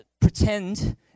pretend